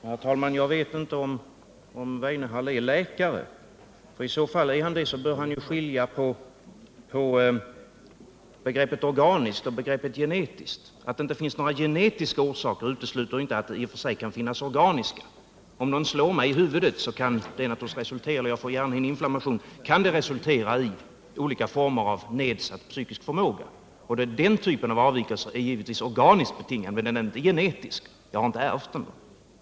Herr talman! Jag vet inte om Lars Weinehall är läkare. Är han det, så bör han skilja på begreppet organiskt och begreppet genetiskt. Att det inte finns några genetiska orsaker utesluter inte att det i och för sig kan finnas organiska sådana. Om någon slår mig i huvudet, så kan naturligtvis det resultera i att jag får hjärnhinneinflammation, men det kan också resultera i olika former av nedsatt psykisk förmåga. Den typen av avvikelser är givetvis organiskt betingad, men den är inte genetiskt betingad — jag har inte ärvt den.